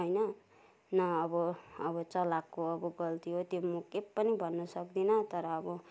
होइन न अब अब चलाकको अब गल्ती हो त्यो म के पनि भन्न सक्दिन तर अब